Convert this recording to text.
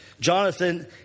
Jonathan